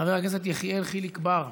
חבר הכנסת יחיאל חיליק בר,